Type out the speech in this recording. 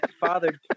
Father